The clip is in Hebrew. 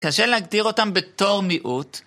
קשה להגדיר אותם בתור מיעוט.